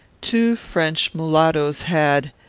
two french mulattoes had,